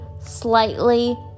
slightly